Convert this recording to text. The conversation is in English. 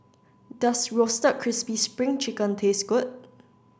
does Roasted Crispy Spring Chicken taste good